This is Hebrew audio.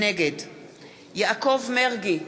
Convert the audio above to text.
נגד יעקב מרגי,